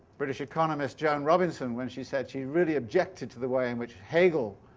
british economist joan robinson when she said she really objected to the way in which hegel